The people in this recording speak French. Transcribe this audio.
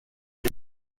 les